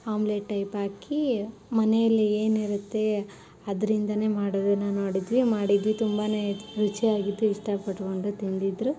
omelette type ಹಾಕಿ ಮನೇಲಿ ಏನು ಇರುತ್ತೆ ಅದ್ರಿಂದಲೇ ಮಾಡೋದು ನಾನು ಮಾಡಿದ್ದು ತುಂಬನೇ ರುಚಿಯಾಗಿತ್ತು ಇಷ್ಟಪಟ್ಕೊಂಡು ತಿಂದಿದ್ದರು